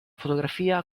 fotografia